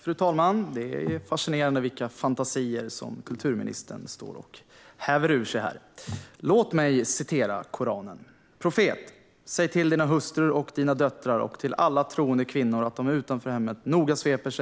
Fru talman! Det är fascinerande vilka fantasier som kulturministern står och häver ur sig här. Låt mig läsa ur Koranen: Profet! Säg till dina hustrur och dina döttrar - och till alla troende kvinnor - att de utanför hemmet noga sveper om